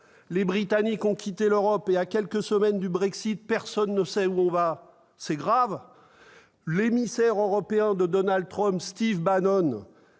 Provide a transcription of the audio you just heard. Les Britanniques ont quitté l'Europe et, à quelques semaines du Brexit, personne ne sait où l'on va. C'est grave ! L'émissaire européen de Donald Trump, Steve Bannon,